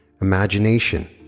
imagination